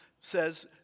says